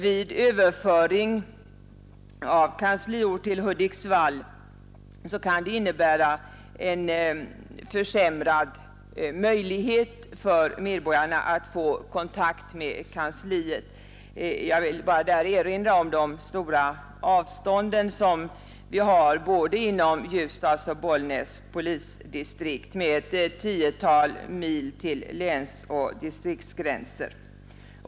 En överföring av kansliort till Hudiksvall kan innebära en försämrad möjlighet för medborgarna i Ljusdalsregionen att få kontakt med kansliet. Jag vill bara erinra om de stora avstånd som vi har både inom Ljusdals och Bollnäs polisdistrikt, med ett tiotal mil ut till länsoch distriktsgränser.